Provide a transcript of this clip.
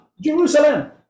Jerusalem